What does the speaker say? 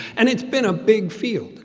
and it's been a big field.